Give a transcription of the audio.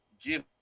give